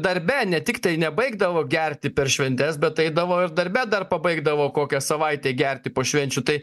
darbe ne tik tai nebaigdavo gerti per šventes bet eidavo ir darbe dar pabaigdavo kokią savaitę gerti po švenčių tai